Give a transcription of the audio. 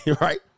Right